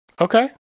Okay